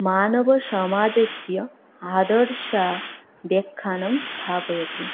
मानवसमाजस्य आदर्शा व्याख्यानं स्थापयति